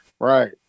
right